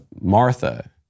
Martha